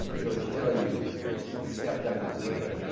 george tilyou stepped up his game.